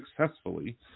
successfully